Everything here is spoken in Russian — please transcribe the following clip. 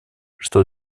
что